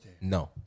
No